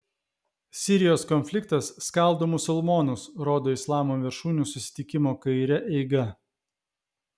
sirijos konfliktas skaldo musulmonus rodo islamo viršūnių susitikimo kaire eiga